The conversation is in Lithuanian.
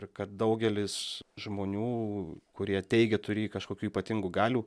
ir kad daugelis žmonių kurie teigia turį kažkokių ypatingų galių